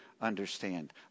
understand